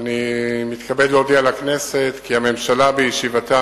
ואני מתכבד להודיע לכנסת שהממשלה, בישיבתה